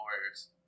Warriors